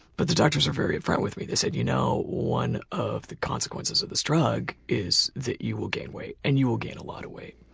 but the doctors were very upfront with me. they said, you know one of the consequences of this drug is that you will gain weight. and you will gain a lot of weight.